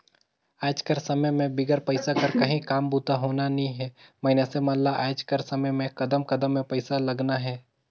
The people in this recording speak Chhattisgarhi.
आएज कर समे में बिगर पइसा कर काहीं काम बूता होना नी हे मइनसे मन ल आएज कर समे में कदम कदम में पइसा लगना हे